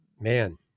man